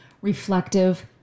reflective